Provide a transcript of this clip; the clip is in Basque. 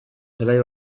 zelai